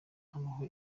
habaho